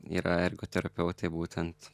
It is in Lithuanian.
yra ergoterapeutė būtent